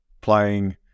playing